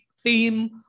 theme